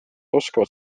oskavad